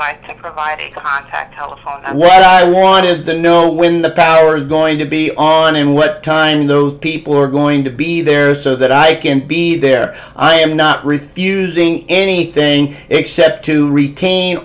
of what i want to know when the power going to be on and what time those people are going to be there so that i can be there i am not refusing anything except to retain